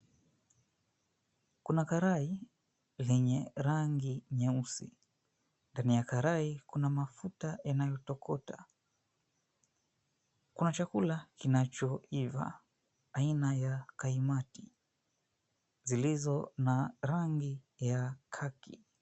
Kuna karai, lenye rangi nyeusi. Ndani ya karai kuna mafuta yanayotokota. Kuna chakula kinachoiva, aina ya kaimati, zilizo na rangi ya khaki.